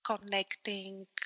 connecting